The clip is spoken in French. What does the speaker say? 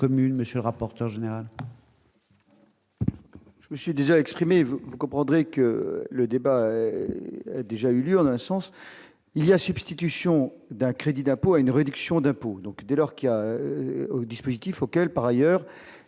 M. le rapporteur général